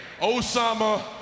Osama